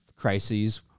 crises